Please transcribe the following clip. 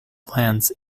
plants